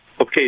Okay